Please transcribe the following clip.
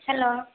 hello